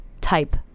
type